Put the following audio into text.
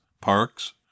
parks